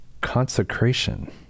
Consecration